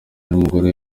n’umugore